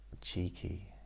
cheeky